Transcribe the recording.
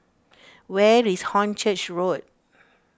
where is Hornchurch Road